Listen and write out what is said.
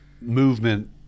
movement